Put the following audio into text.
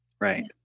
Right